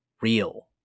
real